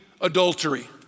adultery